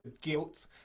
guilt